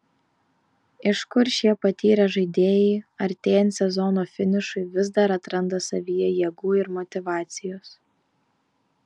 iš kur šie patyrę žaidėjai artėjant sezono finišui vis dar atranda savyje jėgų ir motyvacijos